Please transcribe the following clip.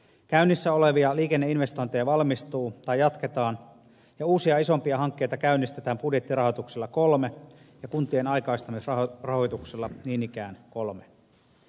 käynnissä olevia liikenneinvestointeja valmistuu tai jatketaan ja uusia isompia hankkeita käynnistetään budjettirahoituksella kolme ja kuntien aikaistamisrahoituksella niin ikään kolme